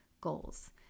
goals